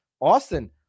Austin